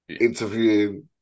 Interviewing